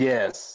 Yes